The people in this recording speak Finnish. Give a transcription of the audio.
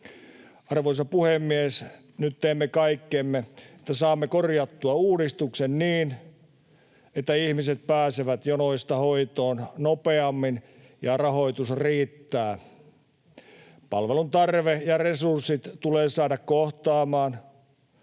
Arvoisa puhemies! Nyt teemme kaikkemme, että saamme korjattua uudistuksen niin, että ihmiset pääsevät jonoista hoitoon nopeammin ja rahoitus riittää. Palveluntarve ja resurssit tulee saada kohtaamaan.